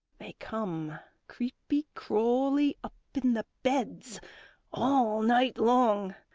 they come creepy-crawly up in the beds all night long.